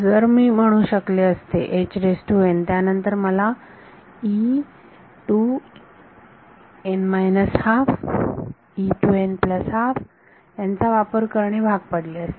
जर मी म्हणू शकले असते त्यानंतर मला याचा वापर करणे भाग पडले असते